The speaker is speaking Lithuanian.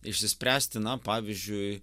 išsispręsti na pavyzdžiui